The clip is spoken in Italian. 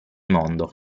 mondo